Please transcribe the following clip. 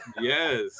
Yes